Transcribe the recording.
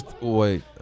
wait